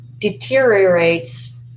deteriorates